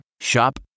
Shop